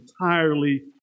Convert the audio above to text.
entirely